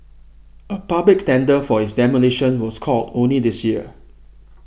a public tender for its demolition was called only this year